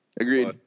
Agreed